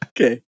Okay